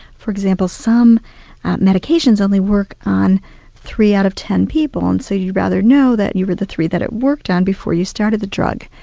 for example, some medications only work on three out of ten people, and so you'd rather know that you were the three that it worked on before you started the drug.